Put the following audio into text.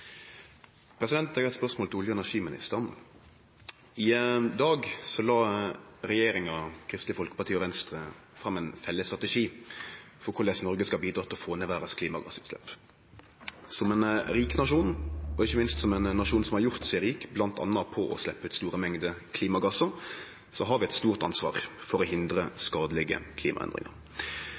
Eg har eit spørsmål til olje- og energiministeren. I dag la regjeringa, Kristeleg Folkeparti og Venstre fram ein felles strategi for korleis Noreg skal bidra til å få ned klimagassutsleppa i verda. Som ein rik nasjon og ikkje minst som ein nasjon som har gjort seg rik bl.a. på å sleppe ut store mengder klimagassar, har vi eit stort ansvar for å hindre skadelege klimaendringar.